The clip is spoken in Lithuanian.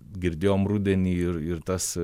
girdėjom rudenį ir ir tas